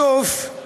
בסוף,